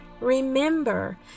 remember